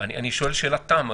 אני שואל שאלת תם,